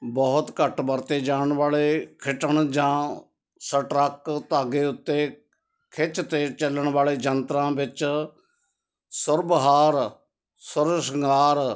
ਬਹੁਤ ਘੱਟ ਵਰਤੇ ਜਾਣ ਵਾਲੇ ਖਿੱਟਣ ਜਾਂ ਸਟਰੱਕ ਧਾਗੇ ਉੱਤੇ ਖਿੱਚ 'ਤੇ ਚੱਲਣ ਵਾਲੇ ਯੰਤਰਾਂ ਵਿੱਚ ਸੁਰਬਹਾਰ ਸੁਰਸਿੰਗਾਰ